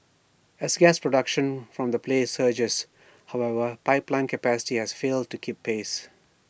as gas production from the play surges however pipeline capacity has failed to keep pace